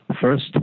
first